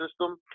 system